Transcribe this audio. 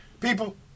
People